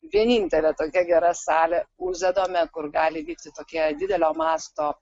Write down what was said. vienintelė tokia gera salė uzedome kur gali vykti tokie didelio masto